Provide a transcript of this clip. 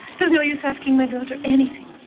there's no use asking my daughter anything.